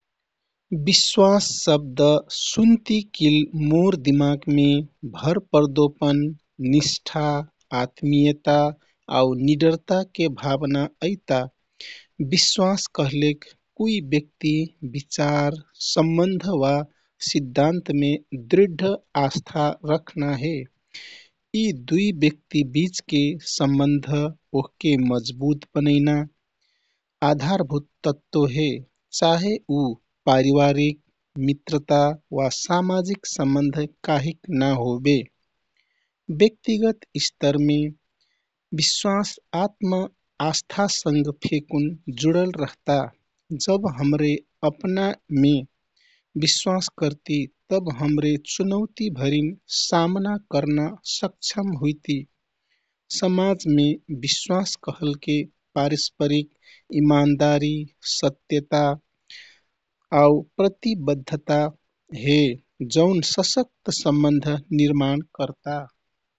"विश्वास" शब्द सुन्तिकिल मोर दिमागमे भरपर्दोपन, निष्ठा, आत्मियता आउ निडरताके भावना अइता। विश्वास कहलेक कुइ व्यक्ति, विचार, सम्बन्ध वा सिद्धान्तमे दृढ अवस्था रख्ना हे। यी दुइ व्यक्ति बिचके सम्बन्ध ओहके मजबुत बनैना आधारभूत तत्व हे, चाहे उ पारिवारिक, मित्रता वा सामाजिक सम्बन्ध काहिक नाहोबे। व्यक्तिगत स्तरमे विश्वास आत्म-आस्थासँग फेकुन जुडल रहता। जब हमरे अपनामे विश्वास करती तब हमरे चुनौती भरिन सामना कर्ना सक्षम हुइती। समाजमे विश्वास कहलके पारस्परिक इमानदारी, सत्यता आउ प्रतिबद्धता हे, जौन सशक्त सम्बन्ध निर्माण करता।